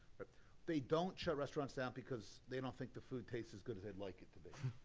but they don't shut restaurants down because they don't think the food tastes as good as they'd like it to be.